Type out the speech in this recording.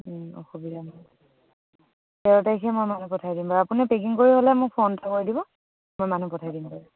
অসুবিধা নহয় তেৰ তাৰিখে মই মানুহ পঠাই দিম আৰু আপুনি পেকিং কৰি হ'লে মোক ফোন এটা কৰি দিব মই মানুহ পঠাই দিম বাৰু